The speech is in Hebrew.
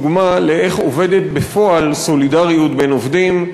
דוגמה לאיך עובדת בפועל סולידריות בין עובדים,